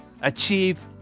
achieve